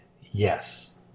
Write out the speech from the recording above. yes